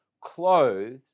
clothed